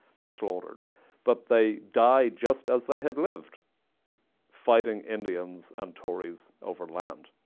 they're slaughtered. but they died just as they had lived fighting indians and tories over land.